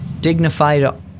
dignified